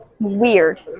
weird